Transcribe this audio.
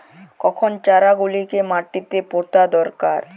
কখন চারা গুলিকে মাটিতে পোঁতা দরকার?